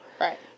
Right